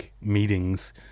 meetings